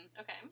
Okay